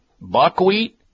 buckwheat